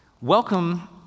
welcome